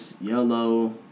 yellow